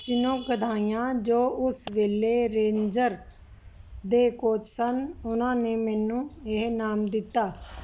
ਚਿਨੋ ਕਦਾਹੀਆ ਜੋ ਉਸ ਵੇਲੇ ਰੇਂਜਰ ਦੇ ਕੋਚ ਸਨ ਉਹਨਾਂ ਨੇ ਮੈਨੂੰ ਇਹ ਨਾਮ ਦਿੱਤਾ